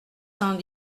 cent